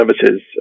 services